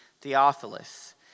Theophilus